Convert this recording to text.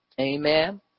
amen